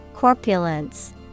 Corpulence